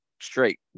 straight